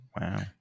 Wow